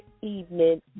evening